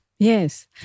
Yes